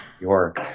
York